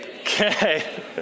okay